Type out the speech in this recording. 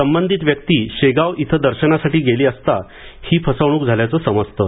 संबंधित व्यक्ती शेगाव इथं दर्शनासाठी गेली असता ही फसवणूक झाल्याचं समजतं